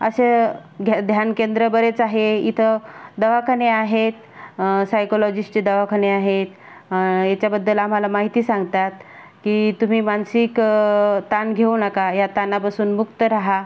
असे घ्या ध्यानकेंद्र बरेच आहे इथं दवाखाने आहेत सायकॉलॉजिस्टचे दवाखाने आहेत याच्याबद्दल आम्हाला माहिती सांगतात की तुम्ही मानसिक ताण घेऊ नका या ताणापासून मुक्त राहा